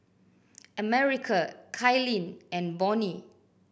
America Kailyn and Bonnie